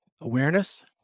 awareness